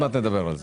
עוד מעט נדבר על זה.